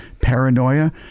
Paranoia